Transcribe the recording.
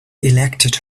elected